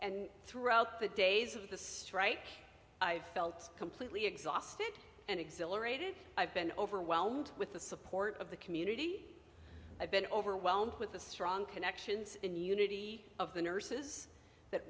and throughout the days of the strike i've felt completely exhausted and exhilarated i've been overwhelmed with the support of the community i've been overwhelmed with the strong connections in unity of the nurses that